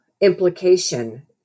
implication